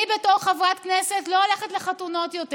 אני בתור חברת כנסת לא הולכת לחתונות יותר.